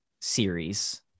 series